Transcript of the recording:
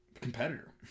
Competitor